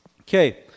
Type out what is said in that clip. Okay